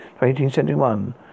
1871